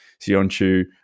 Sionchu